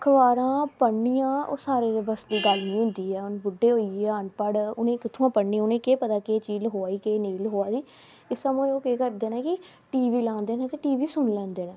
अखबारां पढ़नियां ओह् सारें दे बस दी गल्ल निं होंदी ऐ हून बुड्डे होइये अनपढ़ उ'नें ई कु'त्थुआं पढ़ने उ'नें ई केह् पता केह् चीज लखोआ दी केह् नेईं लखोआ दी एह् समझो केह् करदे न कि टी वी लांदे न ते टी वी सुनी लैंदे न